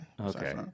Okay